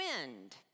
wind